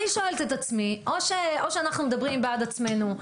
אני שואלת את עצמי: או שאנחנו מדברים בעד עצמנו.